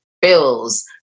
bills